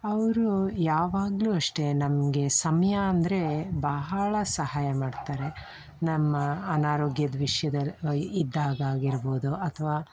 ಅವರು ಯಾವಾಗಲೂ ಅಷ್ಟೇ ನಮಗೆ ಸಮಯ ಅಂದರೆ ಬಹಳ ಸಹಾಯ ಮಾಡ್ತಾರೆ ನಮ್ಮ ಅನಾರೋಗ್ಯದ ವಿಷ್ಯದಲ್ಲಿ ಇದ್ದಾಗ ಆಗಿರ್ಬೋದು ಅಥವಾ